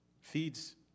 feeds